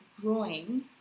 growing